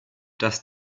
dass